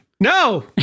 No